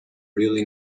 really